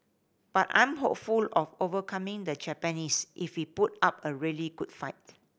but I'm hopeful of overcoming the Japanese if we put up a really good fight